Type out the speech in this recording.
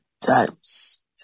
times